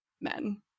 Men